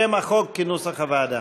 שם החוק כנוסח הוועדה.